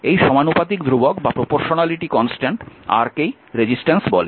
এই সমানুপাতিক ধ্রুবক R কেই রেজিস্ট্যান্স বলে